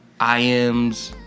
IMs